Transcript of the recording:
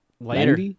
Later